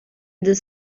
this